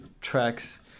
tracks